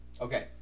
Okay